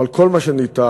אבל כל מה שניתן,